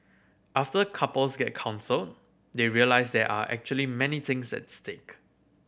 after couples get counselled they realise there are actually many things at stake